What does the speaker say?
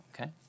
Okay